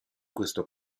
questo